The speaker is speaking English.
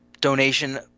donation